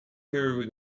her